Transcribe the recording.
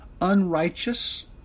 unrighteous